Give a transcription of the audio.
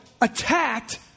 attacked